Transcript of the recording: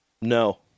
No